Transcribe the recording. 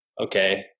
okay